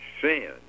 sin